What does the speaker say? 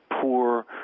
poor